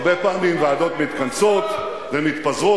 הרבה פעמים ועדות מתכנסות ומתפזרות,